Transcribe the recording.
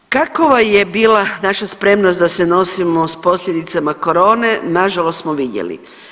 Kakova je bila naša spremnost da se nosimo s posljedicama korone, nažalost smo vidjeli.